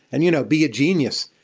and you know be a genius,